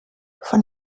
von